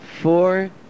four